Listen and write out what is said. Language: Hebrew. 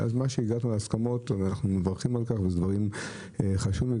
אנחנו מברכים על ההסכמות שהגעתם אליהן,